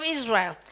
Israel